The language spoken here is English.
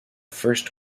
first